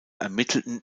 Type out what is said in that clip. ermittelten